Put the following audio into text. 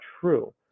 true